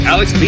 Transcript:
Alex